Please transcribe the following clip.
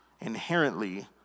inherently